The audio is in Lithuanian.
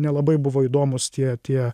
nelabai buvo įdomūs tie tie